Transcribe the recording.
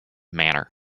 manner